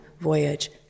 voyage